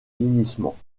vieillissement